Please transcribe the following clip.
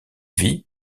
vie